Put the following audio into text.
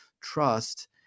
trust